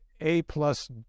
A-plus